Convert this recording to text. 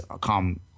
come